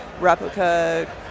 replica